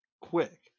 quick